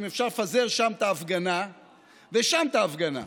אם אפשר לפזר שם את ההפגנה ושם את ההפגנה.